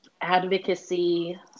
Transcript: advocacy